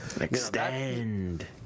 Extend